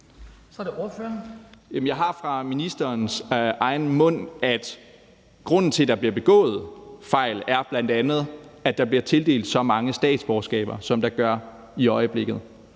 jeg har fra ministerens egen mund, at grunden til, at der bliver begået fejl, bl.a. er, at der bliver tildelt så mange statsborgerskaber, som der gør i øjeblikket.